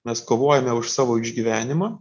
mes kovojame už savo išgyvenimą